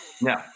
No